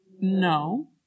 No